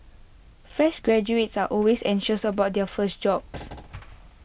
fresh graduates are always anxious about their first jobs